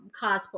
cosplay